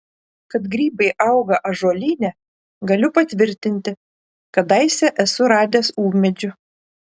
kad grybai auga ąžuolyne galiu patvirtinti kadaise esu radęs ūmėdžių